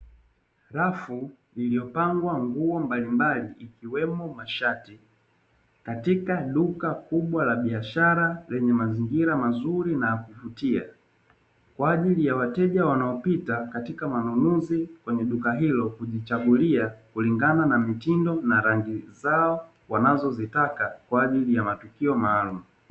Rafu iliyopangwa nguo mbalimbali ikiwemo mashati katika duka kubwa la biashara lenye mazingira mazuri na ya kuvutia, kwa ajili ya wateja wanaopita katika manunuzi kwenye duka hilo kujichagulia kulingana na mitindo na rangi zao wanazozitaka kwa ajili ya matukio maalumu.